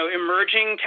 emerging